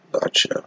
Gotcha